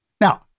Now